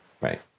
right